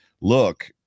look